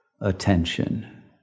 attention